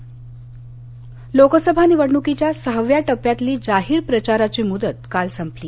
लोकसभा लोकसभा निवडणूकीच्या सहाव्या टप्प्यातली जाहीर प्रचाराची मुदत काल संपली